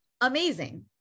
Amazing